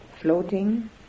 floating